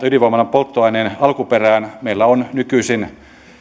ydinvoimalan polttoaineen alkuperään meillä on nykyisin